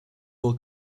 will